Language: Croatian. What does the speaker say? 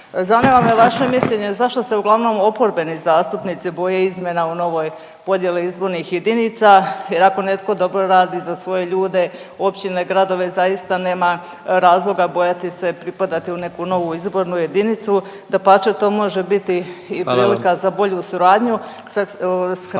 Zanima me vaše mišljenje zašto se uglavnom oporbeni zastupnici boje izmjena u novoj podjeli izbornih jedinica jer ako netko dobro radi za svoje ljude općine, gradove zaista nema razloga bojati se pripadati u neku novu izbornu jedinicu. Dapače, to može biti i prilika …/Upadica